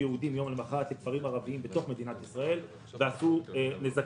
למחרת נכנסו יהודים לכפרים ערביים בתוך מדינת ישראל וגרמו נזקים.